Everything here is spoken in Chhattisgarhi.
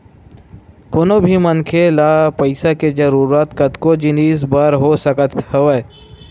कोनो भी मनखे ल पइसा के जरुरत कतको जिनिस बर हो सकत हवय